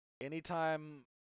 Anytime